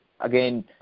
again